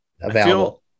available